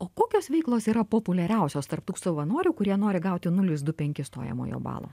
o kokios veiklos yra populiariausios tarp tų savanorių kurie nori gauti nulis du penkis stojamojo balo